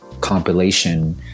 compilation